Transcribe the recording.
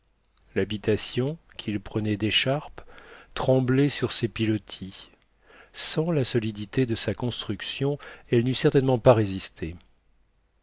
l'habitation qu'il prenait d'écharpe tremblait sur ses pilotis sans la solidité de sa construction elle n'eût certainement pas résisté